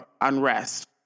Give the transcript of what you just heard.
unrest